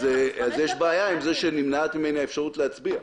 אז יש בעיה עם זה שנמנעת ממני האפשרות להצביע.